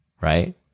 right